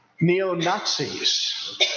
Neo-Nazis